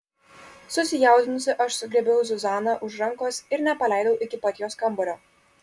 susijaudinusi aš sugriebiau zuzaną už rankos ir nepaleidau iki pat jos kambario